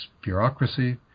bureaucracy